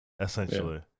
essentially